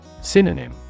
Synonym